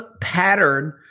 pattern